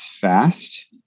fast